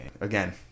again